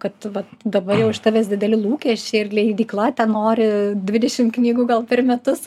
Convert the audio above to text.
kad vat dabar jau iš tavęs dideli lūkesčiai ir leidykla tenori dvidešim knygų gal per metus